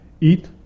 eat